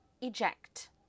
eject